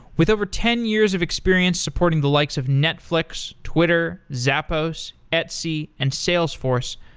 with over ten years of experience supporting the likes of netflix, twitter, zappos, etsy, and salesforce,